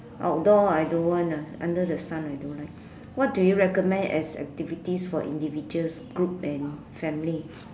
outdoor I don't want ah under the sun I don't like what do you recommend as activities for individuals group and family